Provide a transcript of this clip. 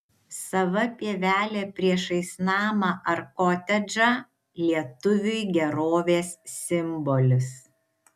sava pievelė priešais namą ar kotedžą lietuviui gerovės simbolis